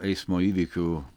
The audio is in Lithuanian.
eismo įvykių